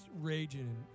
raging